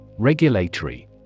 Regulatory